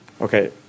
Okay